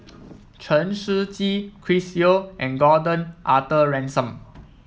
Chen Shiji Chris Yeo and Gordon Arthur Ransome